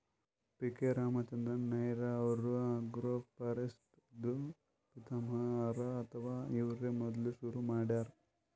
P K Ramachandran Nair ಅವ್ರು agroforestry ದೂ ಪಿತಾಮಹ ಹರಾ ಅಥವಾ ಇವ್ರೇ ಮೊದ್ಲ್ ಶುರು ಮಾಡ್ಯಾರ್